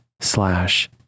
slash